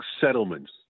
Settlements